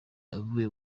avuye